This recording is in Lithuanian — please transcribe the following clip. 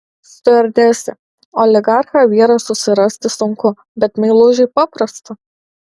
stiuardesė oligarchą vyrą susirasti sunku bet meilužį paprasta